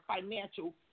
financial